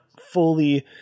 fully